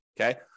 okay